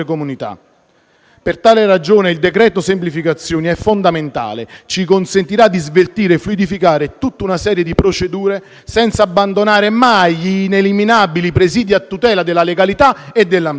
Per tale ragione il decreto semplificazioni è fondamentale. Ci consentirà di sveltire e fluidificare tutta una serie di procedure senza abbandonare mai gli ineliminabili presidi a tutela della legalità e dell'ambiente.